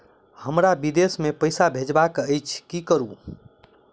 हमरा विदेश मे पैसा भेजबाक अछि की करू?